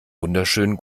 wunderschönen